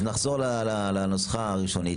אז נחזור לנוסחה הראשונית,